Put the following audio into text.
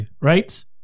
right